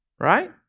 right